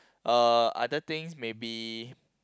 uh other things maybe